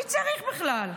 מי צריך בכלל?